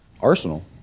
Arsenal